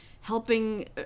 helping